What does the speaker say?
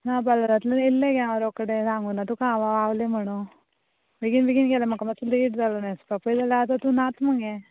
ना पालरांतल्यान येयल्लें गे हांव रोकडें सांगो ना तुका हांव रावलें म्हणून बेगीन बेगीन गेलें म्हाका मात्सो लेट जालो न्हेंसपाक पयल्याल्या आतां तूं नात मगे